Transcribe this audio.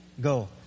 Go